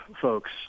folks